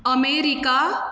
America